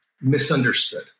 misunderstood